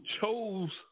chose